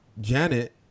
Janet